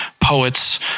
poets